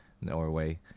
Norway